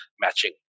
matching